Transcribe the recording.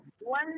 One